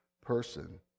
person